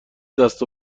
دست